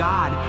God